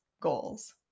goals